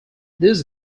this